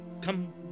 come